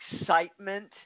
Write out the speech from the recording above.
excitement